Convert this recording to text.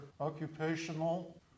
occupational